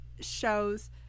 shows